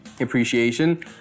appreciation